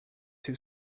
two